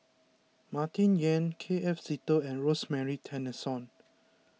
Martin Yan K F Seetoh and Rosemary Tessensohn